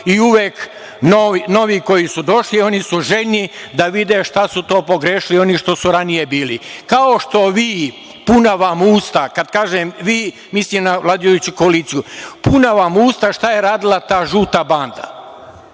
i uvek novi koji su došli, oni su željni da vide šta su to pogrešili oni što ranije bili. Kao što vi, puna vam usta, kada kažem vi, mislim na vladajuću koaliciju, puna vam usta šta je radila ta žuta banda.